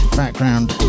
background